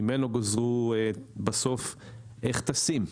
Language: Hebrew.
ממנו גזרו בסוף, איך טסים?